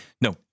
No